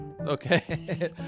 Okay